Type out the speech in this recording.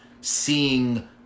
seeing